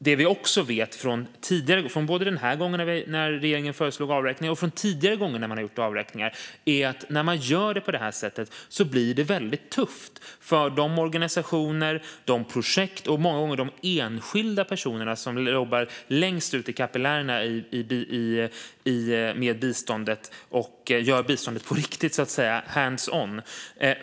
Det vi vet från denna gång när regeringen föreslog en avräkning och från tidigare gånger när det har gjorts avräkningar är att det blir tufft för de organisationer, projekt och enskilda personer som jobbar längst ut i kapillärerna och gör bistånd på riktigt - hands-on.